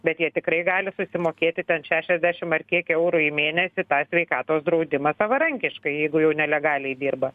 bet jie tikrai gali susimokėti ten šešiasdešim ar kiek eurų į mėnesį tą sveikatos draudimą savarankiškai jeigu jau nelegaliai dirba